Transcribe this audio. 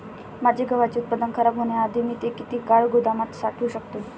माझे गव्हाचे उत्पादन खराब होण्याआधी मी ते किती काळ गोदामात साठवू शकतो?